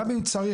גם אם צריך,